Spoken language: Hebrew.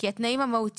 ברוב המקומות